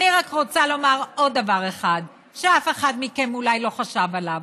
אבל אני רק רוצה לומר עוד דבר אחד שאף אחד מכם אולי לא חשב עליו,